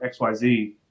XYZ